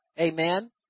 amen